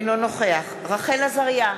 אינו נוכח רחל עזריה,